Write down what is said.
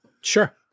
Sure